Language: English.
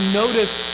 notice